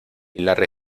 larry